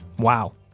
wow,